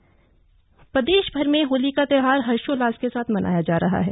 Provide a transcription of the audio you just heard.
होलिका दहन प्रदेशभर में होली का त्यौहार हर्षोल्लास के साथ मनाया जा रहा है